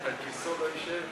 על כיסאו לא ישב,